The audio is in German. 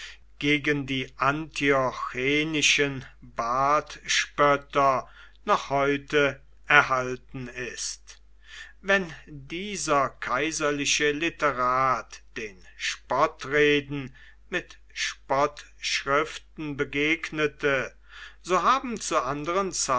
gegen die antiochenischen bartspötter noch heute erhalten ist wenn dieser kaiserliche literat den spottreden mit spottschriften begegnete so haben zu anderen